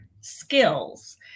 skills